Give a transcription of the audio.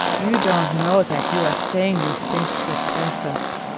you don't know that you are saying these things to a princess,